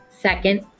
Second